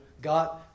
God